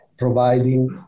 providing